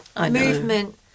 Movement